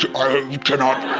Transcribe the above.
i cannot